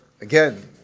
again